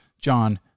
John